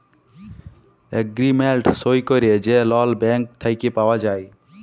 agreement সই ক্যইরে যে লল ব্যাংক থ্যাইকে পাউয়া যায়